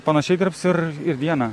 panašiai dirbs ir dieną